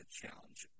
challenge